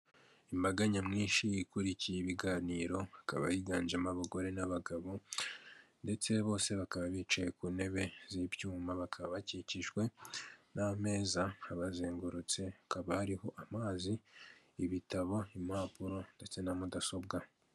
Imbaga nyamwinshi ikurikiye ibiganiro, hakaba higanjemo abagore n'abagabo, ndetse bose bakaba bicaye ku ntebe z'ibyumaba, bakikijwe n'ameza abazengurutse, hakaba hariho amazi, ibitabo, impapuro, ndetse na mudasobwa.